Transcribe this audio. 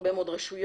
הרבה מאוד רשויות.